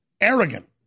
arrogant